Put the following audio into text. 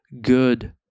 good